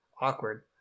Awkward